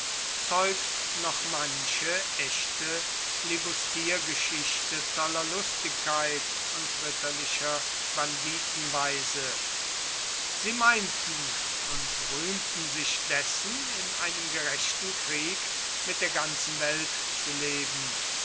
zeugt noch manche echte flibustiergeschichte toller lustigkeit und ritterlicher banditenweise sie meinten und rühmten sich dessen in einem gerechten krieg mit der ganzen welt zu leben